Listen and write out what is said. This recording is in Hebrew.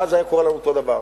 ואז היה קורה לנו אותו דבר.